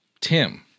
Tim